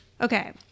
okay